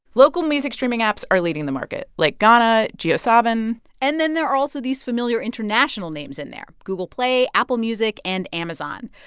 local music streaming apps are leading the market, like gaana, jiosaavn and and then there are also these familiar international names in there google play, apple music and amazon.